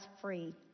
free